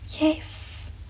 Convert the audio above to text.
Yes